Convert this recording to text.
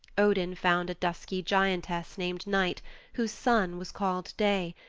odin found a dusky giantess named night whose son was called day,